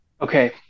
Okay